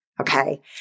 okay